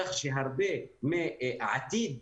כך שהרבה מהעתיד,